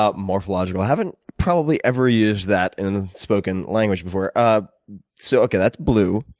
ah morphological. i haven't probably ever used that in a spoken language before. ah so okay, that's blue.